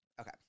Okay